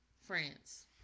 France